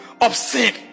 obscene